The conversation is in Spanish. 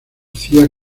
hacía